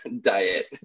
diet